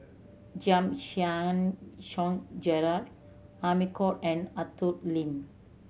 Giam Yean Song Gerald Amy Khor and Arthur Lim